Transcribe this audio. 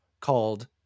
called